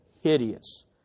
hideous